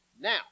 Now